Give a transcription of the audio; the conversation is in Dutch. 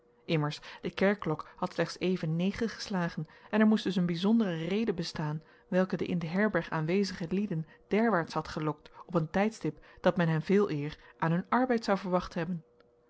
immers de kerkklok had slechts even negen geslagen en er moest dus een bijzondere reden bestaan welke de in de herberg aanwezige lieden derwaarts had gelokt op een tijdstip dat men hen veeleer aan hun arbeid zou verwacht hebben